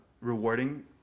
rewarding